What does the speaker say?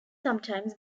sometimes